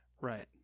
right